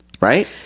right